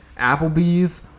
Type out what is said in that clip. Applebee's